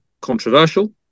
controversial